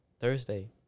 Thursday